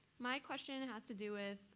my question and has to do with,